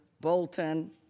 Bolton